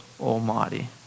Almighty